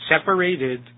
separated